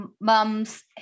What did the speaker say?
mums